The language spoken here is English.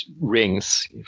rings